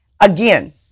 again